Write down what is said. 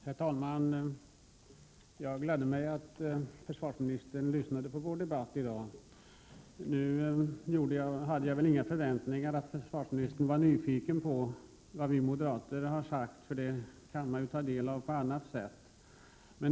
Herr talman! Jag gladde mig över att försvarsministern lyssnade på vår debatt i dag. Men jag hade väl inga förväntningar om att försvarsministern skulle vara nyfiken på vad vi moderater har sagt — det kan man ju ta del av på annat sätt.